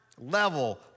level